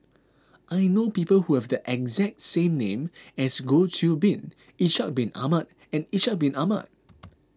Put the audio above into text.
I know people who have the exact same name as Goh Qiu Bin Ishak Bin Ahmad and Ishak Bin Ahmad